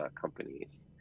companies